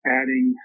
adding